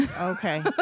Okay